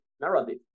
narrative